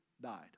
died